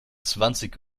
zwanzig